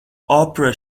oprah